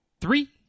three